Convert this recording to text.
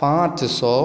पाँच सए